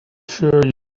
sure